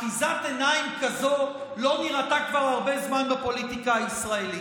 אחיזת עיניים כזאת לא נראתה כבר הרבה זמן בפוליטיקה הישראלית.